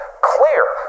clear